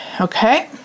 Okay